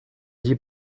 allí